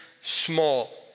small